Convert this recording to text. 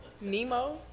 Nemo